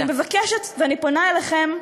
אני מבקשת ואני פונה אליכם,